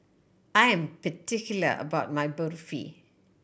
I am particular about my Barfi